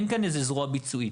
אין כאן זרוע ביצועית.